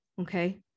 okay